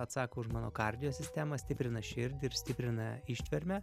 atsako už mano kardio sistemą stiprina širdį ir stiprina ištvermę